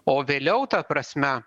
o vėliau ta prasme